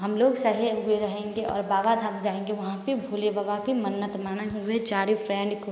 हम लोग सहे हुए रहेंगे और बाबा धाम जाएंगे वहाँ पर भोले बाबा के मन्नत माने हुए चारों फ्रेंड को